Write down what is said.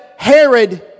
Herod